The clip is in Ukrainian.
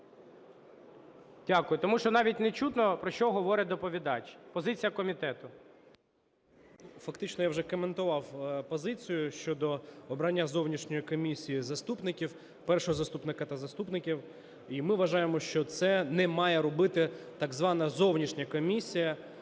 Дякую. Тому що навіть не чутно, про що говорить доповідач. Позиція комітету. 11:00:04 МОНАСТИРСЬКИЙ Д.А. Фактично я вже коментував позицію щодо обрання зовнішньою комісією заступників, першого заступника та заступників. Ми вважаємо, що це не має робити так звана зовнішня комісія,